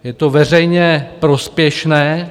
Je to veřejně prospěšné.